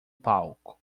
palco